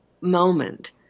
moment